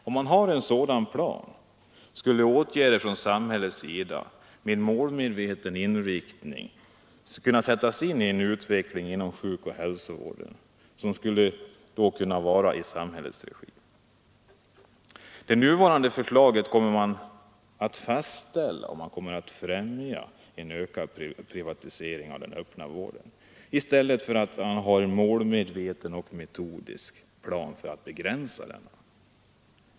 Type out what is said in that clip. Om man har en sådan plan skulle åtgärder med målmedveten inriktning kunna sättas in på att utveckla en sjukoch hälsovård i samhällets regi. Med det föreliggande förslaget främjas en privatisering av den öppna vården i stället för att denna med en målmedveten plan begränsas.